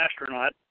astronaut